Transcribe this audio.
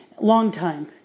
long-time